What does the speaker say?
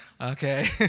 Okay